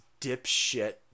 dipshit